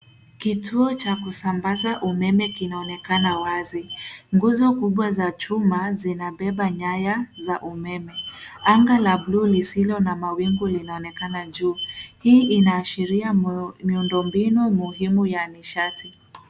Kituo cha kusambaza umeme kinaonekana wazi. Nguzo kubwa za chuma zinabeba nyaya za umeme. Anga la blue lisilo na mawingu linaonekana juu hii inaashiria miundombinu muhimu ya nishati.